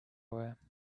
were